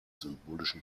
symbolischen